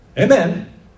Amen